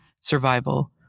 survival